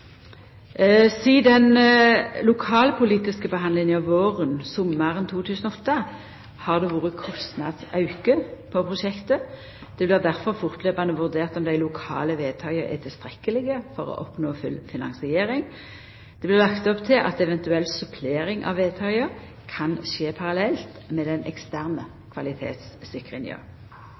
lokalpolitiske behandlinga våren/sommaren 2008 har det vore ein kostnadsauke på prosjektet. Det blir difor fortløpande vurdert om dei lokale vedtaka er tilstrekkelege for å oppnå fullfinansiering. Det blir lagt opp til at eventuell supplering av vedtaka kan skje parallelt med den eksterne